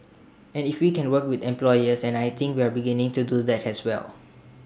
and if we can work with employers and I think we're beginning to do that has well